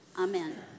Amen